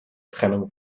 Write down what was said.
trennung